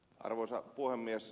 arvoisa puhemies